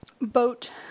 boat